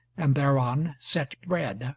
and thereon set bread.